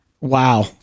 Wow